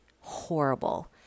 horrible